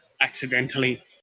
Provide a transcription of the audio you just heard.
accidentally